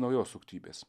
naujos suktybės